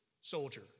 soldier